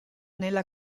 nella